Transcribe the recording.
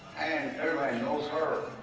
everybody knows her.